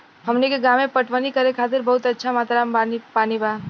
हमनी के गांवे पटवनी करे खातिर बहुत अच्छा मात्रा में पानी बा